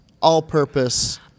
all-purpose